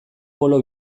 bolo